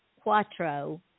Quattro